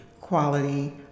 quality